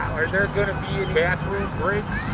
are there gonna be bathroom breaks?